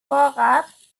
vorrat